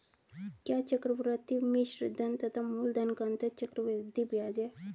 क्या चक्रवर्ती मिश्रधन तथा मूलधन का अंतर चक्रवृद्धि ब्याज है?